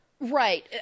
right